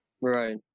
right